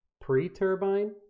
pre-turbine